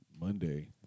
monday